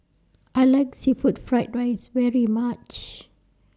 I like Seafood Fried Rice very much